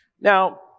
Now